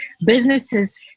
businesses